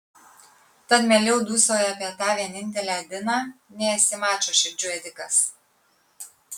tad mieliau dūsauji apie tą vienintelę adiną nei esi mačo širdžių ėdikas